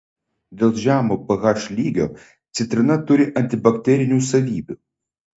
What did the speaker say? dėl žemo ph lygio citrina turi antibakterinių savybių